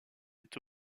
est